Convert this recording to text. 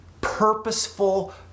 purposeful